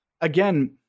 again